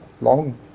long